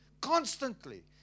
constantly